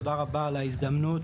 תודה רבה על ההזדמנות,